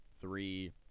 three